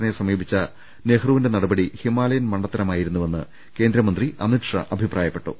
ന്ന യെ സമീപിച്ച നെഹ്രുവിന്റെ നടപടി ഹിമാലയൻ മണ്ടത്തരമായിരുന്നുവെന്ന് കേന്ദ്രമന്ത്രി അമിത്ഷാ അഭിപ്രായപ്പെട്ടു